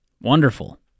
Wonderful